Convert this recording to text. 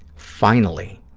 finally,